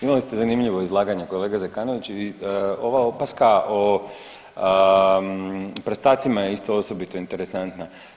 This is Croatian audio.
Imali ste zanimljivo izlaganje kolega Zekanović i ova opaska o prstacima je isto osobito interesantna.